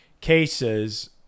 cases